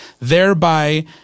thereby –